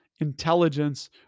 intelligence